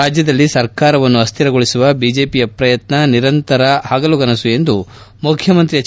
ರಾಜ್ಯದಲ್ಲಿ ಸರ್ಕಾರವನ್ನು ಅ್ಯಾರಗೊಳಿಸುವ ಬಿಜೆಪಿಯ ಪ್ರಯತ್ನ ನಿರಂತರ ಪಗಲುಗನಸು ಎಂದು ಮುಖ್ಯಮಂತ್ರಿ ಎಚ್